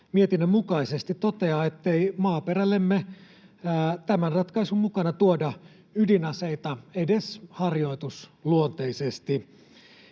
mietinnön mukaisesti toteaa, ettei maaperällemme tämän ratkaisun mukana tuoda ydinaseita edes harjoitusluonteisesti.